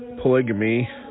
polygamy